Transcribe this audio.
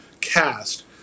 cast